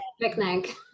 Picnic